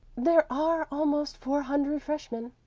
there are almost four hundred freshmen.